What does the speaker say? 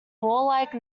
warlike